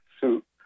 suit